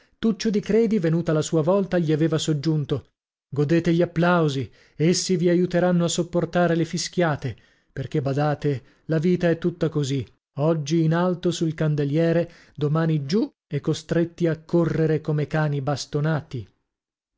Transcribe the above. tuccio di credi venuta la sua volta gli aveva soggiunto godete gli applausi essi vi aiuteranno a sopportare le fischiate perchè badate la vita è tutta così oggi in alto sul candeliere domani giù e costretti a correre come cani bastonati